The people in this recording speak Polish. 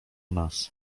nas